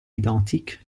identiques